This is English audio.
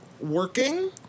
working